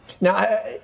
Now